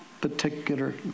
particular